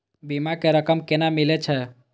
बीमा के रकम केना मिले छै?